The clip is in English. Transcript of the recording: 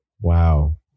wow